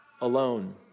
alone